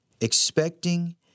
expecting